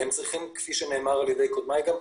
כפי שנאמר גם על ידי קודמיי,